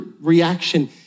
reaction